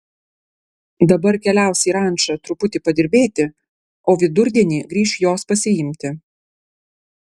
dabar keliaus į rančą truputį padirbėti o vidurdienį grįš jos pasiimti